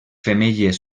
femelles